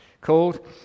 called